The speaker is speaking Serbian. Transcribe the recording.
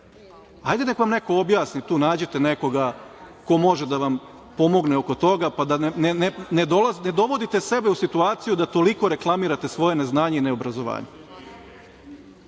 Ajde neka vam neko objasni. Tu nađite nekoga ko može da vam pomogne oko toga pa da ne dovodite sebe u situaciju da toliko reklamirate svoje neznanje i neobrazovanje. Dakle,